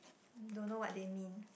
don't know what they mean